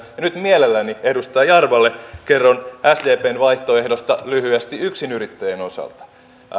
ja nyt mielelläni edustaja jarvalle kerron sdpn vaihtoehdosta lyhyesti yksinyrittäjien osalta